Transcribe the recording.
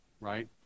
right